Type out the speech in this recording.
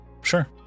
Sure